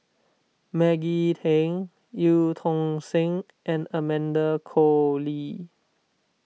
Maggie Teng Eu Tong Sen and Amanda Koe Lee